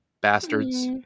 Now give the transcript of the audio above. Bastards